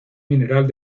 mineral